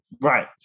Right